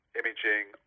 imaging